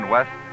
West